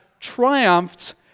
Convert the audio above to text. Triumphed